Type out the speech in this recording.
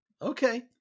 okay